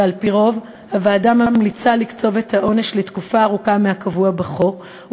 ועל-פי רוב הוועדה ממליצה לקצוב את העונש לתקופה ארוכה מהקבוע בחוק,